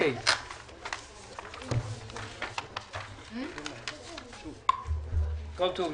11:30.